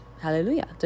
Hallelujah